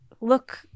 look